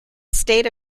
state